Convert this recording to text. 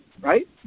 right